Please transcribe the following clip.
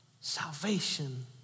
salvation